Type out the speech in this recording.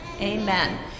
Amen